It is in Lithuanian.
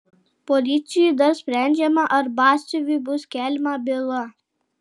policijoje dar sprendžiama ar batsiuviui bus keliama byla